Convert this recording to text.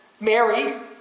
Mary